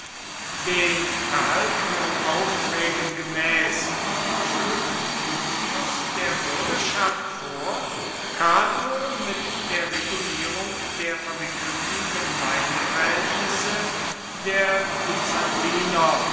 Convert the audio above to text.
den erhaltenen aufträgen gemäß schlug clodius der bürgerschaft vor cato mit der regulierung der verwickelten gemeindeverhältnisse der